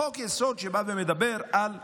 חוק-יסוד שבא ומדבר על שוויון,